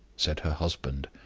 said her husband,